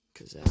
Cause